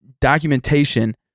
documentation